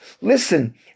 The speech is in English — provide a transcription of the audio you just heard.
listen